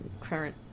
current